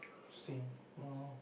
same